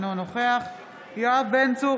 אינו נוכח יואב בן צור,